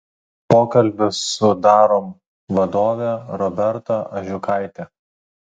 pokalbis su darom vadove roberta ažukaite